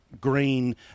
green